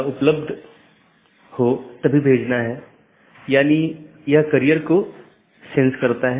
यह केवल उन्हीं नेटवर्कों के विज्ञापन द्वारा पूरा किया जाता है जो उस AS में या तो टर्मिनेट होते हैं या उत्पन्न होता हो यह उस विशेष के भीतर ही सीमित है